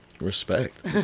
Respect